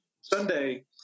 Sunday